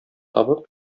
табып